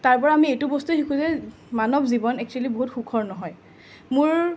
তাৰ পৰা আমি এইটো বস্তুৱে শিকোঁ যে মানৱ জীৱন এক্সোৱেলি বৰ সুখৰ নহয় মোৰ